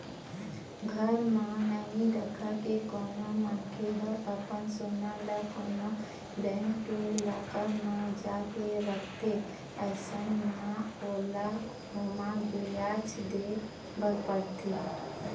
घर म नइ रखके कोनो मनखे ह अपन सोना ल कोनो बेंक के लॉकर म जाके रखथे अइसन म ओला ओमा बियाज दे बर परथे